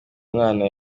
umwana